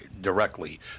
directly